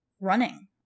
running